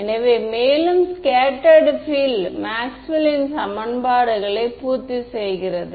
எனவே மேலும் scattered field மேக்ஸ்வெல்லின் சமன்பாடுகளை பூர்த்தி செய்கிறது